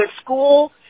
school